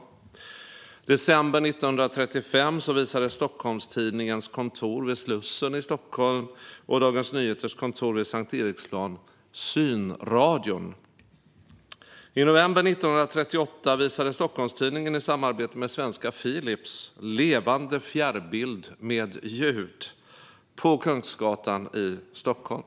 I december 1935 visade Stockholms-Tidningens kontor vid Slussen i Stockholm och Dagens Nyheters kontor vid Sankt Eriksplan synradion. I november 1938 visade Stockholms-Tidningen i samarbete med svenska Philips levande fjärrbild med ljud på Kungsgatan i Stockholm.